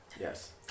Yes